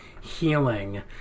healing